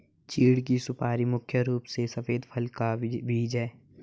चीढ़ की सुपारी मुख्य रूप से सफेद फल का बीज है